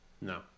no